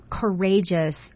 courageous